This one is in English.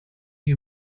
you